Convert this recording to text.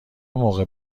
موقع